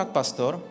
pastor